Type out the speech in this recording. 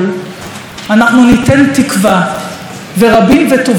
אנחנו ניתן תקווה, ורבים וטובים יצטרפו,